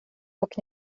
och